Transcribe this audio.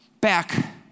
back